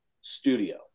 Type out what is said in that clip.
studio